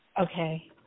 Okay